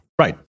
Right